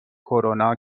کرونا